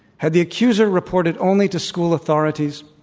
had the accuser reported only to school authorities,